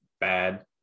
bad